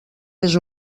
més